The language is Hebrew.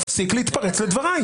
תפסיק להתפרץ לדבריי.